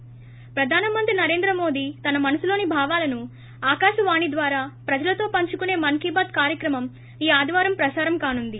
ి ప్రధాన మంత్రి నరేంద్ర మోదీ తన మనసులోని భావాలను ఆకాశవాణి ద్యారా ప్రజలతో పంచుకుసే మస్కీ బాత్ కార్యక్రమం ఈ ఆదివారం ప్రసారం కానుంది